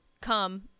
come